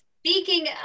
Speaking